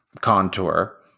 contour